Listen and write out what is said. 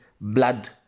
blood